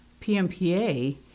PMPA